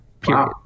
Period